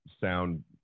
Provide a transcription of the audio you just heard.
sound